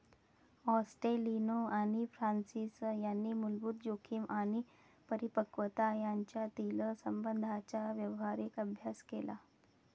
ॲस्टेलिनो आणि फ्रान्सिस यांनी मूलभूत जोखीम आणि परिपक्वता यांच्यातील संबंधांचा व्यावहारिक अभ्यास केला